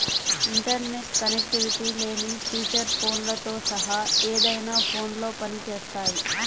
internet connectivity లేని feature ఫోన్లతో సహా ఏదైనా ఫోన్లో పని చేస్తాయి